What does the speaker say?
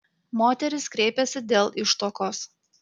moteris kreipėsi dėl ištuokos